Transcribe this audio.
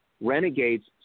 Renegades